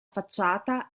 facciata